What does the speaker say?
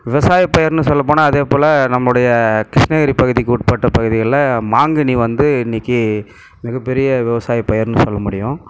விவசாய பயிர்னு சொல்ல போனால் அதே போல நம்முடைய கிருஷ்ணகிரி பகுதிக்கு உட்பட்ட பகுதிகளில் மாங்கனி வந்து இன்றைக்கி மிகப்பெரிய விவசாய பயிர்னு சொல்ல முடியும்